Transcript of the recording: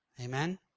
Amen